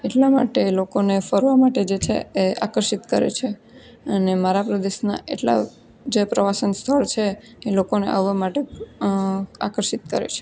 એટલા માટે એ લોકોને ફરવા માટે જે છે એ આકર્ષિત કરે છે અને મારા પ્રદેશનાં એટલાં જે પ્રવાસન સ્થળ છે એ લોકોને આવવા માટે આકર્ષિત કરે છે